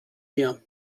mir